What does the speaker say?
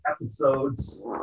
episodes